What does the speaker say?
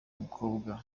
umukobwa